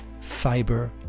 fiber